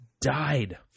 died